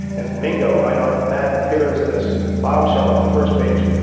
and bingo, right off the bat, here is this bombshell on the first page